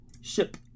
Ship